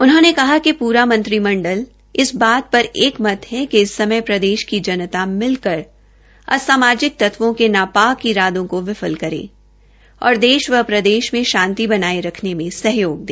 उन्होंने कहा कि पूरा मंत्रिमंडल इस बात पर एकमत है कि इस समय प्रदेश की जनता मिलकर असामाजिक तत्वों के नापाक इरादों को विफल करे और देश व प्रदेश में शान्ति बनाए रखने में सहयोग दे